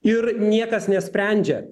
ir niekas nesprendžia